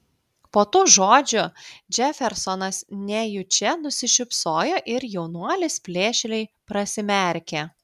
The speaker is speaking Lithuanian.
po tų žodžių džefersonas nejučia nusišypsojo ir jaunuolis plėšriai prisimerkė